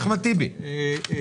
אולי